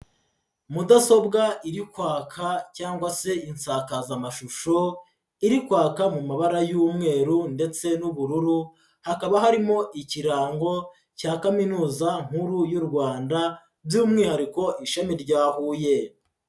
Mudasobwa iri kwaka cyangwa se insakazamashusho iri kwaka mu mabara y'umweru ndetse n'ubururu, hakaba harimo ikirango cya kaminuza nkuru y'u Rwanda, by'umwihariko ishami rya Huye.